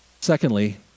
Secondly